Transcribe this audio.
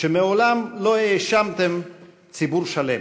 שמעולם לא האשמתם ציבור שלם.